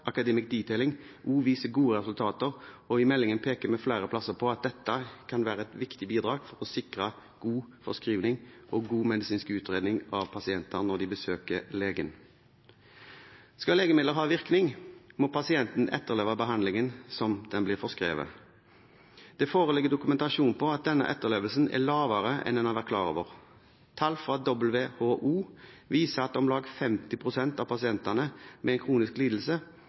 viser gode resultater, og i meldingen peker vi flere plasser på at dette kan være et viktig bidrag for å sikre god forskrivning og god medisinsk utredning av pasienter når de besøker legen. Skal legemidler ha virkning, må pasienten etterleve behandlingen som blir forskrevet. Det foreligger dokumentasjon på at denne etterlevelsen er lavere enn en har vært klar over. Tall fra WHO viser at om lag 50 pst. av pasientene med en kronisk lidelse